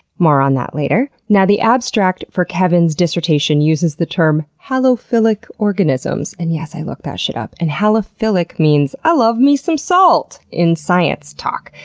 more on that later. now, the abstract for kevin's dissertation uses the term halophilic organisms, and yes i looked that shit up and halophilic means i love me some salt in science talk.